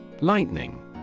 Lightning